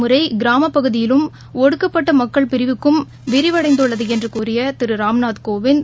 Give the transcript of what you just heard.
முறை கிராமப்பகுதியிலும் ஒடுக்கப்பட்ட மக்கள் நாட்டின் உயர்கல்வி பிரிவுக்கும் விரிவடந்துள்ளது என்று கூறிய திரு ராம்நாத் கோவிந்த்